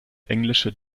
englische